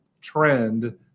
trend